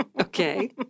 Okay